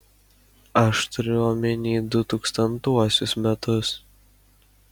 aš turiu omeny du tūkstantuosius metus